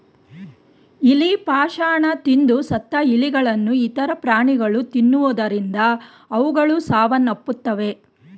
ಇಲಿ ಪಾಷಾಣ ತಿಂದು ಸತ್ತ ಇಲಿಗಳನ್ನು ಇತರ ಪ್ರಾಣಿಗಳು ತಿನ್ನುವುದರಿಂದ ಅವುಗಳು ಸಾವನ್ನಪ್ಪುತ್ತವೆ